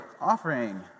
offering